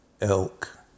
Elk